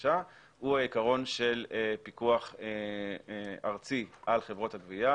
החדשה הוא העיקרון של פיקוח ארצי על חברות הגבייה,